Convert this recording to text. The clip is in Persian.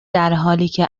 درحالیکه